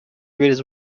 بریز